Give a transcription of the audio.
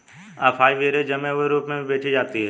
acai berries जमे हुए रूप में भी बेची जाती हैं